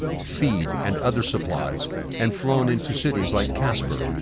feed, and other supplies and flown into cities like casper,